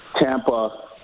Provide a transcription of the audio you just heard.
Tampa